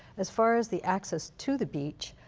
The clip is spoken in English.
as far as the access to the beach,